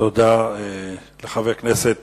תודה לחבר הכנסת